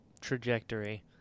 trajectory